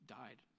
died